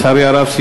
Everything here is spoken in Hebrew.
לצערי הרב,